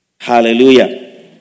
Hallelujah